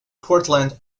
portland